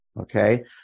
Okay